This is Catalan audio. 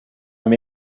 amb